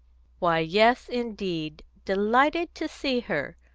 why, yes, indeed! delighted to see her.